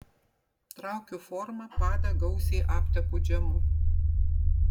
traukiu formą padą gausiai aptepu džemu